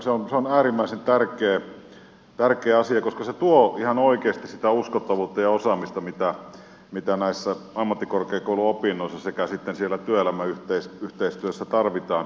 se on äärimmäisen tärkeä asia koska se tuo ihan oikeasti sitä uskottavuutta ja osaamista mitä näissä ammattikorkeakouluopinnoissa sekä sitten siellä työelämäyhteistyössä tarvitaan